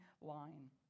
line